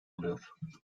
oluyor